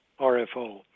RFO